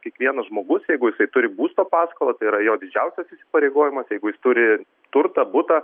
kiekvienas žmogus jeigu jisai turi būsto paskolą tai yra jo didžiausias įsipareigojimas jeigu jis turi turtą butą